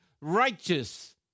righteous